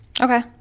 Okay